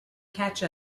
catch